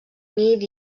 nit